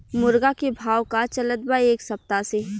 मुर्गा के भाव का चलत बा एक सप्ताह से?